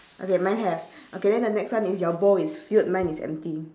okay mine have okay then the next one is your bowl is filled mine is empty